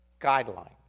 guideline